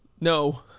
No